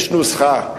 יש נוסחה.